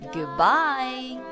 Goodbye